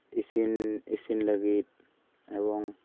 ᱤᱥᱤᱱ ᱤᱥᱤᱱ ᱞᱟᱹᱜᱤᱫ ᱮᱵᱚᱝ